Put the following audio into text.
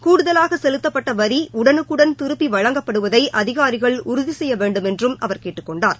கூடுதலாக செலுத்தப்பட்ட வரி உடனுக்குடன் திருப்பி வழங்கப்படுவதை அதிகாரிகள் உறுதி செய்ய வேண்டுமென்றும் அவர் கேட்டுக் கொண்டார்